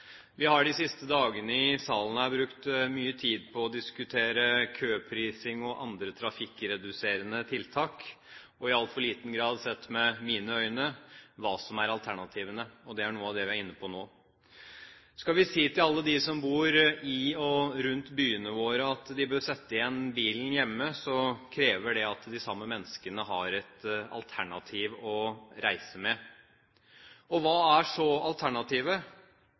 Vi har de siste dagene i salen her brukt mye tid på å diskutere køprising og andre trafikkreduserende tiltak og i altfor liten grad, sett med mine øyne, hva som er alternativene. Det er noe av det vi er inne på nå. Skal vi si til alle dem som bor i og rundt byene våre at de bør sette igjen bilen hjemme, krever det at de samme menneskene har et alternativ å reise med. Hva er så alternativet?